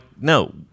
no